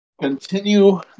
continue